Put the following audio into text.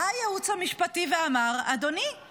בא הייעוץ המשפט ואמר: אדוני,